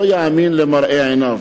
לא יאמין למראה עיניו.